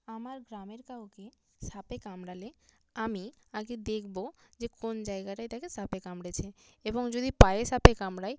আমার গ্রামের কাউকে সাপে কামড়ালে আমি আগে দেখবো যে কোন জায়গাটায় তাকে সাপে কামড়েছে এবং যদি পায়ে সাপে কামড়ায়